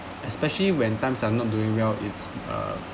especially when times are not doing well is uh